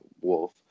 Wolf